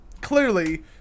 clearly